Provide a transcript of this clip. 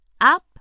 up